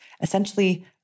essentially